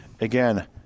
Again